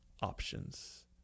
options